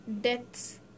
deaths